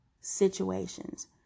situations